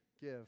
give